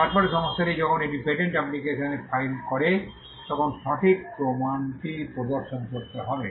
তারপরে সংস্থাটি যখন এটি পেটেন্ট অ্যাপ্লিকেশনে ফাইল করে তখন সঠিক প্রমাণটি প্রদর্শন করতে হবে